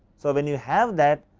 so when you have that,